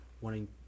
Wanting